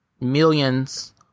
millions